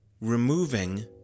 removing